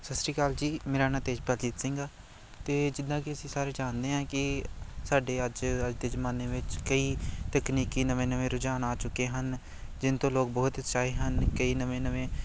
ਸਤਿ ਸ਼੍ਰੀ ਅਕਾਲ ਜੀ ਮੇਰਾ ਨਾਮ ਤੇਜਪਾਲਜੀਤ ਸਿੰਘ ਆ ਅਤੇ ਜਿੱਦਾਂ ਕਿ ਅਸੀਂ ਸਾਰੇ ਜਾਣਦੇ ਹਾਂ ਕਿ ਸਾਡੇ ਅੱਜ ਅੱਜ ਦੇ ਜਮਾਨੇ ਵਿੱਚ ਕਈ ਤਕਨੀਕੀ ਨਵੇਂ ਨਵੇਂ ਰੁਝਾਨ ਆ ਚੁੱਕੇ ਹਨ ਜਿਨ੍ਹਾਂ ਤੋਂ ਲੋਕ ਬਹੁਤ ਉਤਸ਼ਾਏ ਹਨ ਕਈ ਨਵੇਂ ਨਵੇਂ